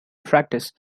practice